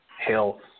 health